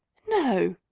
no!